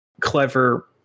clever